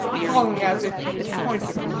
calling as if to his pointer.